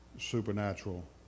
supernatural